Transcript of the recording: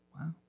Wow